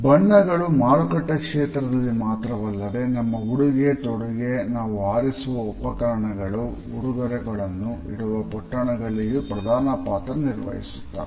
ಬಣ್ಣಗಳು ಮಾರುಕಟ್ಟೆ ಕ್ಷೇತ್ರದಲ್ಲಿ ಮಾತ್ರವಲ್ಲದೆ ನಮ್ಮ ಉಡುಗೆ ತೊಡುಗೆ ನಾವು ಆರಿಸುವ ಉಪಕರಣಗಳು ಉಡುಗೊರೆಗಳನ್ನು ಇಡುವ ಪೊಟ್ಟಣಗಳಲ್ಲಿಯೂ ಪ್ರಧಾನ ಪಾತ್ರ ನಿರ್ವಹಿಸುತ್ತವೆ